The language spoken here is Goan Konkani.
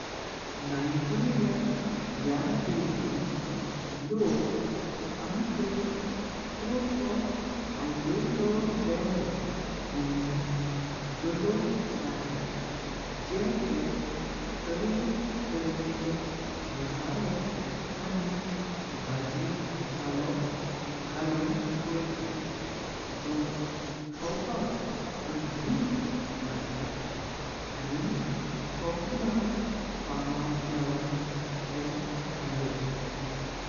नाइजीरिया या देशाच्या लोकांना खास आवडता। जेवण म्हणजे जॉलॉफ राईस जे ते वेगवेगळ्या मसाल्यांनी। आणि भाजीपाला घालून करतात जो खायला अद्भुत लागतो आणि सगळ्यांना आवडतं जेवण ते खास।